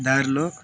దారిలో